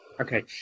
Okay